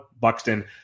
Buxton